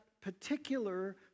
particular